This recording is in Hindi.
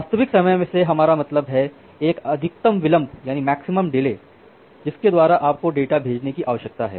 वास्तविक समय से हमारा मतलब है एक अधिकतम विलंब जिसके द्वारा आपको डेटा भेजने की आवश्यकता है